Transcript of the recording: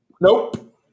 Nope